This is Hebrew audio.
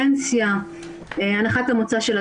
כפולה בעניין הזה וככל שרוצים לגרוע תנאים לעובדים בגלל המוצא,